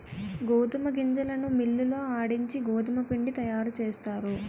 గోధుమ గింజలను మిల్లి లో ఆడించి గోధుమపిండి తయారుచేస్తారు